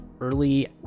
early